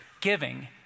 giving